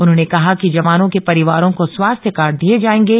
उन्होंने कहा कि जवानों के परिवारों को स्वास्थ्य कार्ड दिए जाएंगे